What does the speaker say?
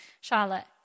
Charlotte